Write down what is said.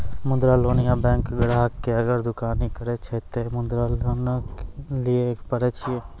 मुद्रा लोन ये बैंक ग्राहक ने अगर दुकानी करे छै ते मुद्रा लोन लिए पारे छेयै?